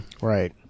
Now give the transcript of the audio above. Right